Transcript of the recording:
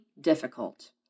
difficult